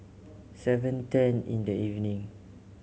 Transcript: seven ten in the evening